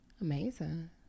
Amazing